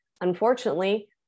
Unfortunately